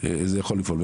זה יכול לפעול,